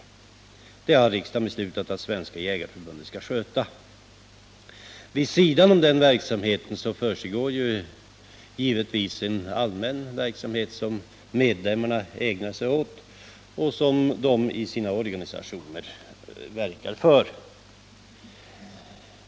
Detta har riksdagen beslutat att Svenska jägareförbundet skall sköta. Vid sidan om denna verksamhet försiggår givetvis en allmän verksamhet, som medlemmarna ägnar sig åt och som de i sina organisationer verkar för.